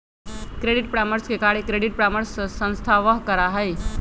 credit परामर्श के कार्य क्रेडिट परामर्श संस्थावह करा हई